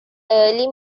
early